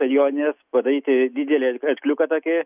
per jonines padaryti didelį ar arkliuką tokį